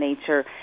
nature